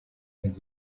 and